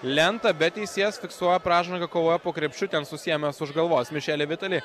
lentą bet teisėjas fiksuoja pražangą kovoje po krepšiu ten susiėmęs už galvos mišeli vitali